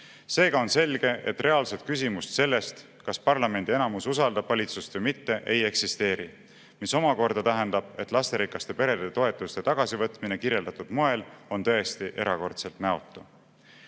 Seega on selge, et reaalset küsimust sellest, kas parlamendi enamus usaldab valitsust või mitte, ei eksisteeri. Mis omakorda tähendab, et lasterikaste perede toetuste tagasivõtmine kirjeldatud moel on tõesti erakordselt näotu.